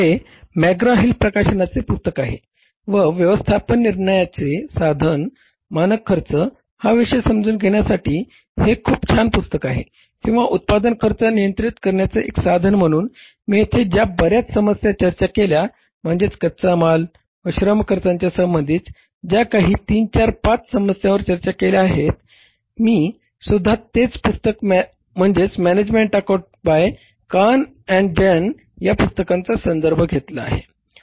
हे McGraw Hill प्रकाशनाचे पुस्तक आहे व व्यवस्थापन निर्णयाचे साधन मानक खर्च हा विषय समजून घेण्यासाठी हे खूप छान पुस्तक आहे किंवा उत्पादन खर्च नियंत्रित करण्याचे एक साधन म्हणून मी येथे ज्या बर्याच समस्या चर्चा केल्या म्हणजे कच्चा माल व श्रम खर्चा संबंधी ज्याकाही तीन चार पाच समस्यावर चर्चा केल्या आहेत मी सुद्धा तेच पुस्तक म्हणजे मॅनेजमेन्ट अकॉउंटिंग बाय काहन आणि जेन या पुस्तकाचा संदर्भ घेतला आहे